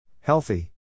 Healthy